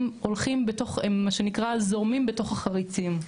הם מה שנקרא זורמים בתוך החריצים.